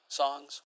songs